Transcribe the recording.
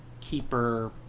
keeper